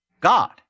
God